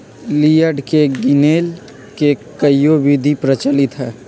yield के गीनेए के कयहो विधि प्रचलित हइ